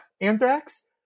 anthrax